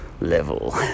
level